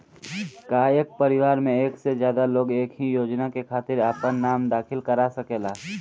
का एक परिवार में एक से ज्यादा लोग एक ही योजना के खातिर आपन नाम दाखिल करा सकेला?